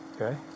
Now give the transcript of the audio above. okay